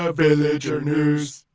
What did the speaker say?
ah villager news